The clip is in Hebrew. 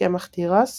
קמח תירס